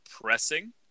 pressing